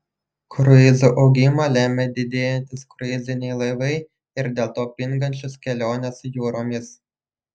kruizų augimą lemia didėjantys kruiziniai laivai ir dėl to pingančios kelionės jūromis